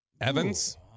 Evans